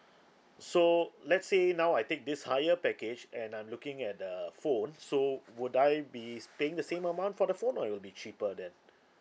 so let's say now I take this higher package and I'm looking at a phone so would I be s~ paying the same amount for the phone or it will be cheaper then